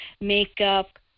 makeup